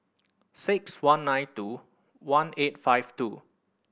six one nine two one eight five two